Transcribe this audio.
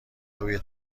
روی